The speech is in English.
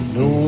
no